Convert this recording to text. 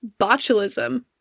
botulism